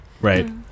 Right